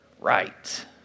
right